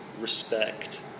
respect